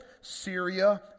Syria